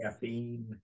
caffeine